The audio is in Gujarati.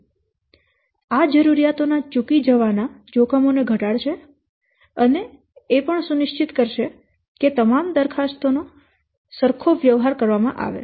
તેથી આ જરૂરીયાતો ના ચૂકી જવાના જોખમોને ઘટાડશે અને સુનિશ્ચિત કરે છે કે તમામ દરખાસ્તોને સરખો વ્યવહાર કરવામાં આવે